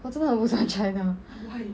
我真的很不喜欢 china